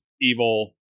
evil